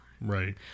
Right